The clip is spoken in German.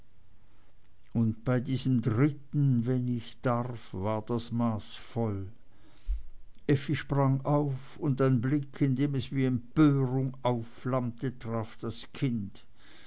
und bei diesem dritten wenn ich darf war das maß voll effi sprang auf und ein blick in dem es wie empörung aufflammte traf das kind